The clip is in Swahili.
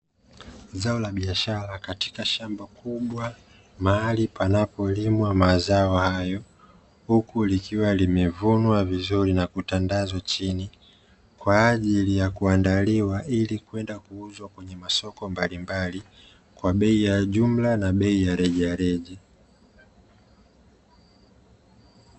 Zao la biashara katika shamba kubwa mahali panapolimwa mazao hayo, huku likiwa limevunwa vizuri na kutandazwa chini kwa ajili ya kuandaliwa ili kwenda kuuzwa kwenye masoko mbalimbali kwa bei ya jumla na bei ya rejareja.